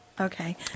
Okay